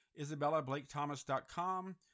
IsabellaBlakeThomas.com